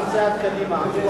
סעיף 8 נתקבל.